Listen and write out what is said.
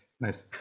nice